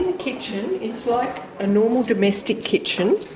and kitchen it's like a normal domestic kitchen,